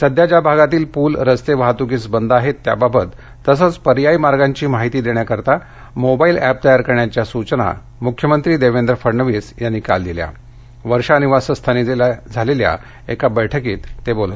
सध्या ज्या भागातील पूल रस्ते वाहतुकीस बंद आहेत त्याबाबत तसंच पर्यायी मार्गाची माहिती देण्याकरिता मोबाईल अॅप तयार करण्याच्या सूवना मुख्यमंत्री देवेंद्र फडणवीस यांनी काल वर्षा निवासस्थानी झालेल्या एका बैठकीत दिल्या